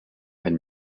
and